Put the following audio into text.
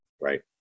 Right